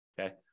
Okay